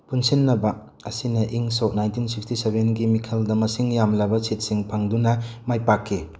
ꯄꯨꯟꯁꯤꯟꯅꯕ ꯑꯁꯤꯅ ꯏꯪ ꯁꯣꯛ ꯅꯥꯏꯟꯇꯤꯟ ꯁꯤꯛꯁꯇꯤ ꯁꯚꯦꯟꯒꯤ ꯃꯤꯈꯜꯗ ꯃꯁꯤꯡ ꯌꯥꯝꯂꯕ ꯁꯤꯠꯁꯤꯡ ꯐꯪꯗꯨꯅ ꯃꯥꯏ ꯄꯥꯛꯈꯤ